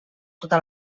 tota